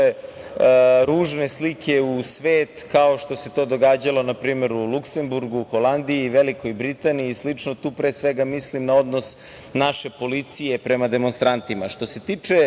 ružne slike u svet, kao što se to događalo npr. u Luksemburgu, Holandiji, Velikoj Britaniji i slično. Tu, pre svega, mislim na odnos naše policije prema demonstrantima. Što